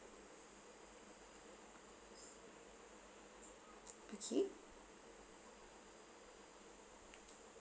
okay